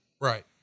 Right